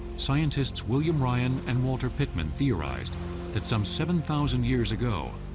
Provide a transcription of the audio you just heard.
scientists william ryan and walter pitman theorized that some seven thousand years ago,